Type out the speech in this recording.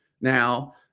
now